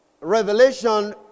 Revelation